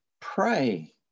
pray